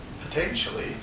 potentially